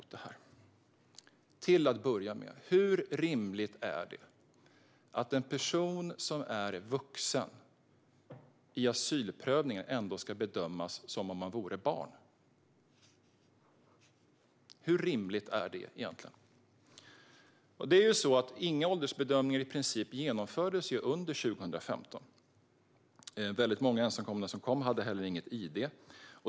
Till att börja med: Hur rimligt är det att en person som är vuxen i asylprövningen ska bedömas som om han vore barn? I princip genomfördes inga åldersbedömningar under 2015. Många ensamkommande hade heller inget id.